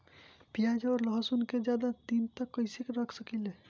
प्याज और लहसुन के ज्यादा दिन तक कइसे रख सकिले?